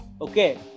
Okay